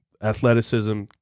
athleticism